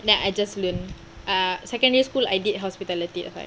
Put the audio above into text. then I just learn err secondary school I did hospitality like